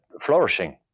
flourishing